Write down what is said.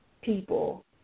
people